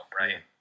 right